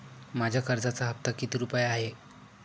माझ्या कर्जाचा हफ्ता किती रुपये आहे?